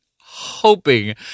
hoping